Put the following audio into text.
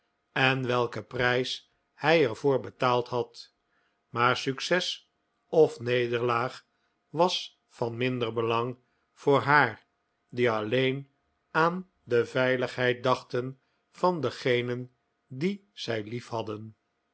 en welken prijs hij er voor betaald had maar succes of nederlaag was van minder belang voor haar die alleen aan de veiligheid dachten van degenen die zij